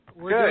Good